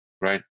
right